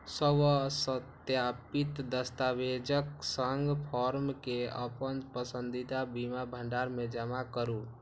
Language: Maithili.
स्वसत्यापित दस्तावेजक संग फॉर्म कें अपन पसंदीदा बीमा भंडार मे जमा करू